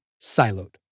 siloed